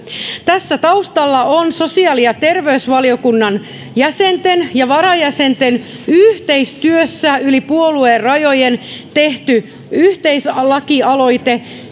tässä taustalla on sosiaali ja terveysvaliokunnan jäsenten ja varajäsenten yhteistyössä yli puoluerajojen tekemä yhteislakialoite